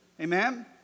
Amen